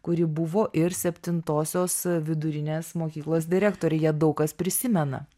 kuri buvo ir septintosios vidurinės mokyklos direktorė ją daug kas prisimena